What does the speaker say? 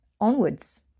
onwards